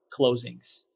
closings